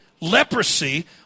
leprosy